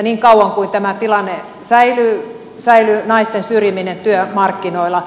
niin kauan kuin tämä tilanne säilyy säilyy naisten syrjiminen työmarkkinoilla